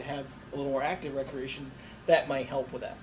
that have a little more active recreation that might help with that